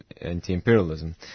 anti-imperialism